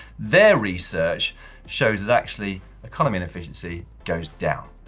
their research shows that actually economy and efficiency goes down.